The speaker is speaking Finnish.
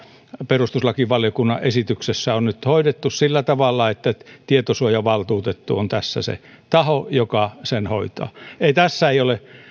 perustuslakivaliokunnan esityksessä on nyt hoidettu sillä tavalla että tietosuojavaltuutettu on tässä se taho joka sen hoitaa tässä ei ole